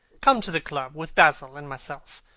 come to the club with basil and myself.